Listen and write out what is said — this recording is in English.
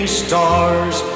stars